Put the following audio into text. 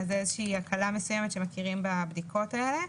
זאת הקלה מסוימת בכך שמכירים בבדיקות האלה.